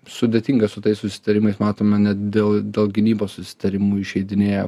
sudėtinga su tais susitarimais matome net dėl dėl gynybos susitarimų išeidinėja